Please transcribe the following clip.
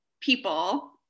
people